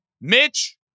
Mitch